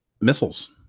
missiles